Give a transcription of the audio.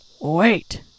wait